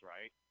right